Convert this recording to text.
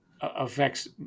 affects